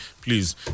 please